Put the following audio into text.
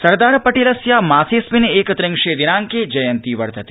सरदार पटेलस्य मासेऽस्मिन् एकत्रिंशे दिनाङके जयन्ती वर्तते